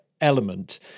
element